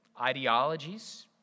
ideologies